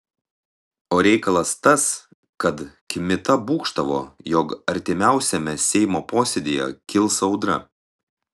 o reikalas tas kad kmita būgštavo jog artimiausiame seimo posėdyje kils audra